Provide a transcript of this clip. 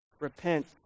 Repent